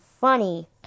funny